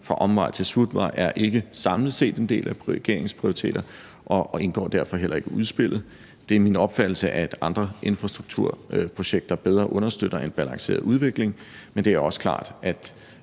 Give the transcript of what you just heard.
»Fra omvej til smutvej«, er ikke samlet set en del af regeringens prioriteter og indgår derfor heller ikke i udspillet. Det er min opfattelse, at andre infrastrukturprojekter bedre understøtter en balanceret udvikling, men det er også klart, at